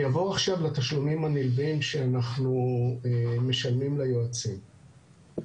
אני אעבור עכשיו לתשלומים הנלווים שאנחנו משלמים ליועצים.